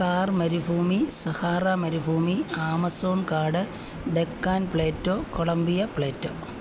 താർ മരുഭൂമി സഹാറാ മരുഭൂമി ആമസോൺ കാട് ഡെക്കാൻ പ്ളേറ്റൊ കൊളമ്പിയ പ്ളേറ്റൊ